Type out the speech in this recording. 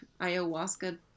ayahuasca